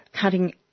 cutting